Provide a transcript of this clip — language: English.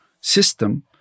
system